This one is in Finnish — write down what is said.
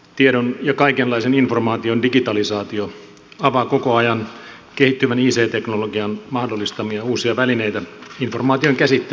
tiedon ja kaikenlaisen informaation digitalisaatio avaa koko ajan kehittyvän ic teknologian mahdollistamia uusia välineitä informaation käsittelyyn ja jakeluun